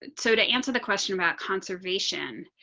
and so to answer the question about conservation.